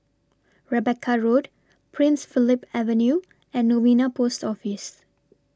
Rebecca Road Prince Philip Avenue and Novena Post Office